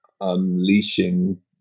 unleashing